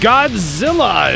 Godzilla